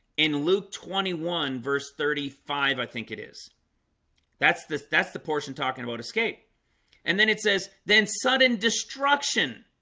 in luke twenty one verse thirty five, i think it is that's that's the portion talking about escape and then it says then sudden destruction